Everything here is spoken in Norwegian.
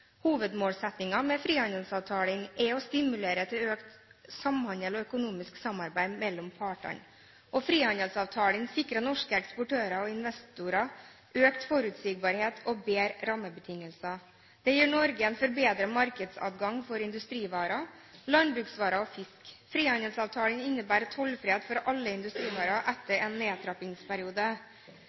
Hovedmålsettingen med frihandelsavtalen er å stimulere til økt samhandel og økonomisk samarbeid mellom partene. Frihandelsavtalen sikrer norske eksportører og investorer økt forutsigbarhet og bedre rammebetingelser. Det gir Norge en forbedret markedsadgang for industrivarer, landbruksvarer og fisk. Frihandelsavtalen innebærer tollfrihet for alle industrivarer etter en nedtrappingsperiode.